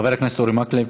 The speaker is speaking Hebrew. חבר הכנסת אורי מקלב.